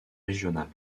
régionales